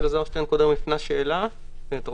אנחנו